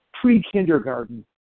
pre-kindergarten